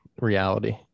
reality